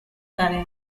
tarea